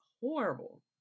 horrible